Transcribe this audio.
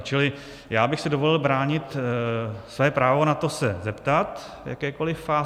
Čili já bych si dovolil bránit své právo na to se zeptat v jakékoliv fázi.